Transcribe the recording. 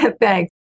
Thanks